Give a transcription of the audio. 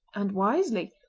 and wisely,